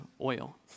oil